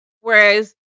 Whereas